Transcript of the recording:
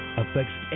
affects